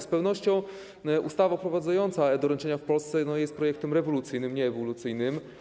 Z pewnością ustawa wprowadzająca e-doręczenia w Polsce jest projektem rewolucyjnym, nie ewolucyjnym.